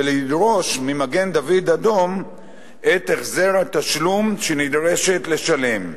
ולדרוש ממגן-דוד-אדום את החזר התשלום שהיא נדרשת לשלם.